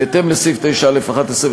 בהתאם לסעיף 9(א)(11)